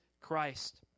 Christ